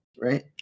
right